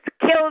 killed